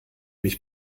mich